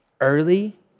early